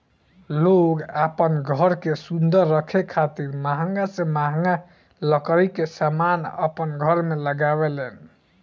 लोग आपन घर के सुंदर रखे खातिर महंगा से महंगा लकड़ी के समान अपन घर में लगावे लेन